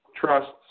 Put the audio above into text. trusts